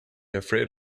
afraid